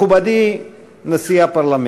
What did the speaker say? מכובדי נשיא הפרלמנט,